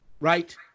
Right